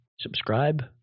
subscribe